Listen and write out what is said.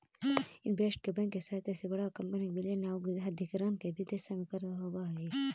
investment bank के सहायता से बड़ा कंपनी के विलय आउ अधिग्रहण के दिशा में भी कार्य होवऽ हइ